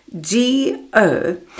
G-O